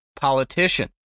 politician